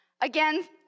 Again